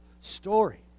story